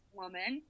woman